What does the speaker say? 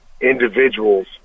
individuals